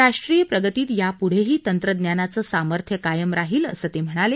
राष्ट्रीय प्रगतीत यापुढेही तंत्रज्ञानाचं सामर्थ्य कायम राहील असं ते म्हणाले